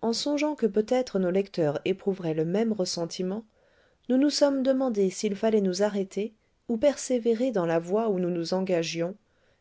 en songeant que peut-être nos lecteurs éprouveraient le même ressentiment nous nous sommes demandé s'il fallait nous arrêter ou persévérer dans la voie où nous nous engagions